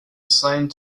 assigned